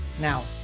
Now